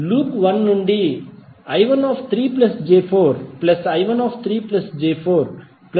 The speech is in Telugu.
లూప్ 1 నుండి I13 j4 I13 j4 − I23 j4 415∠120◦ i